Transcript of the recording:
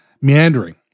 Meandering